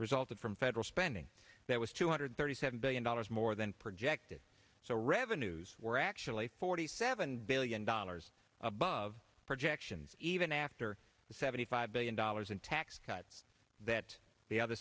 resulted from federal spending that was two hundred thirty seven billion dollars more than projected so revenues were actually forty seven billion dollars of above projections even after the seventy five billion dollars in tax cuts that the other